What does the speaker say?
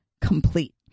complete